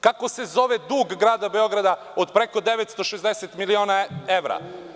Kako se zove dug Grada Beograda od preko 960 miliona evra?